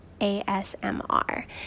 ASMR